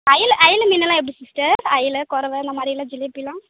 அயி அயிலை மீனெல்லாம் எப்படி சிஸ்டர் அயிலை கொரவ இந்தமாதிரியெல்லாம் ஜிலேபிலாம்